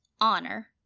honor